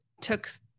took